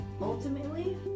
ultimately